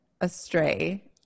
astray